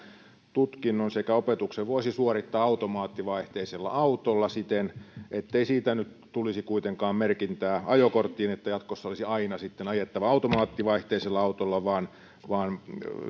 tutkinnon ja opetuksen voisi suorittaa automaattivaihteisella autolla siten ettei siitä nyt tulisi kuitenkaan merkintää ajokorttiin että jatkossa olisi aina sitten ajettava automaattivaihteisella autolla vaan vaan